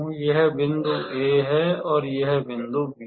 यह बिंदु A है और यह बिंदु B है